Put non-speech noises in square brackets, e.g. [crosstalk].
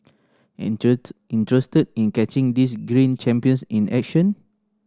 [unintelligible] interested in catching these green champions in action